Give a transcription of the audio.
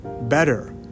better